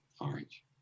orange